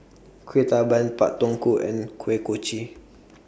Kueh Talam Pak Thong Ko and Kuih Kochi